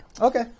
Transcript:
Okay